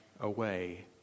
away